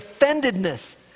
offendedness